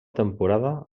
temporada